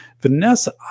Vanessa